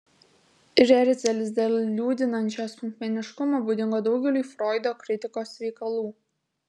ir erzelis dėl liūdinančio smulkmeniškumo būdingo daugeliui froido kritikos veikalų